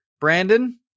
Brandon